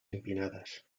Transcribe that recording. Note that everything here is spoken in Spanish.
empinadas